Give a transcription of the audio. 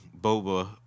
Boba